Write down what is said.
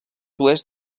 oest